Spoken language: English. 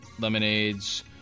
lemonades